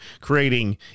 creating